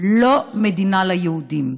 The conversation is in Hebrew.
ולא מדינה ליהודים.